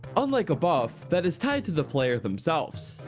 unlike a buff, that is tied to the player themselfs.